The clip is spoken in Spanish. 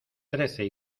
trece